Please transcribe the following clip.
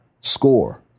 score